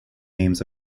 names